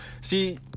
see